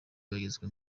bagezwa